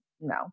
No